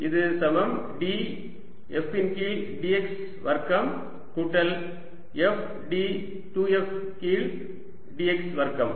இது சமம் d f இன் கீழ் dx வர்க்கம் கூட்டல் f d 2 f கீழ் dx வர்க்கம்